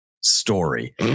story